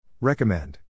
Recommend